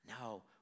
No